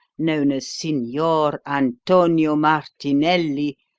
known as signor antonio martinelli,